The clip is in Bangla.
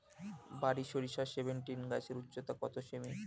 বারি সরিষা সেভেনটিন গাছের উচ্চতা কত সেমি?